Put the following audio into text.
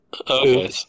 Okay